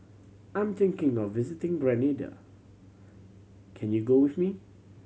I'm thinking of visiting Grenada can you go with me